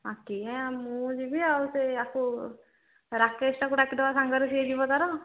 ଆଜ୍ଞା ମୁଁ ଯିବି ଆଉ ସେ ଆକୁ ରାକେଷଟାକୁ ଡାକିଦେବା ସାଙ୍ଗରେ ସିଏ ଯିବ ତାର